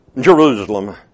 Jerusalem